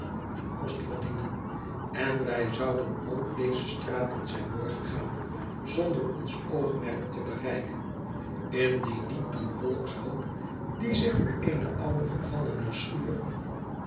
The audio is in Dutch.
hun kost verdienen en wij zouden ook deze straten zijn doorgegaan zonder ons oogmerk te bereiken indien niet een volkshoop die zich voor eene oude vervallene schuur